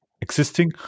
existing